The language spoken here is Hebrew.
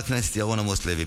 חבר הכנסת ירון עמוס לוי,